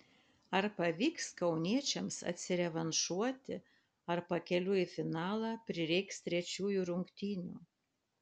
ar pavyks kauniečiams atsirevanšuoti ar pakeliui į finalą prireiks trečiųjų rungtynių